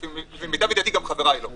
למיטב ידיעתי, גם חבריי לא.